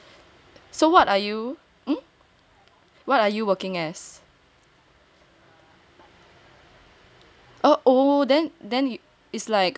so what are you mm what are you working as